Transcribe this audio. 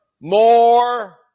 more